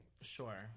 Sure